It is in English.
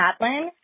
Madeline